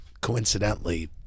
coincidentally